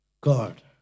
God